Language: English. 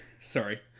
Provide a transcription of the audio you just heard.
Sorry